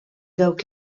dawk